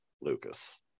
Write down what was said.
Lucas